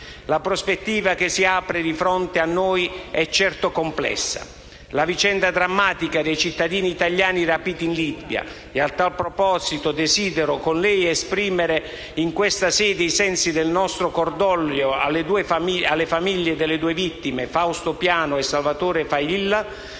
La prospettiva che si apre di fronte a noi è certo complessa. La vicenda drammatica dei cittadini italiani rapiti in Libia - a tal proposito desidero esprimere in questa sede i sensi del nostro cordoglio alle famiglie delle due vittime, Fausto Piano e Salvatore Failla